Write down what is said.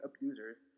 abusers